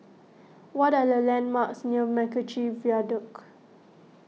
what are the landmarks near MacRitchie Viaduct